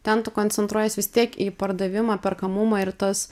ten tu koncentruojies vis tiek į pardavimą perkamumą ir tas